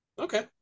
okay